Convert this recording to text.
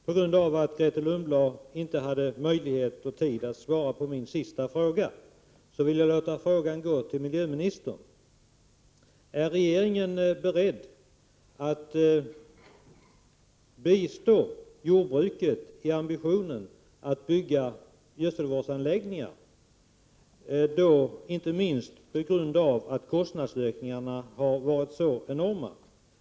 På grund av att Grethe Lundblad inte hade möjlighet att svara på min sista fråga vill jag låta frågan gå till miljöministern: Är regeringen beredd att bistå jordbruket i ambitionen att bygga gödselvårdsanläggningar, inte minst på grund av att kostnadsökningen har varit så enorm?